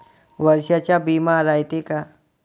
वर्षाचा बिमा रायते का?